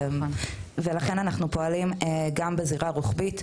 לכן, אנחנו פועלים גם בצורה רוחבית.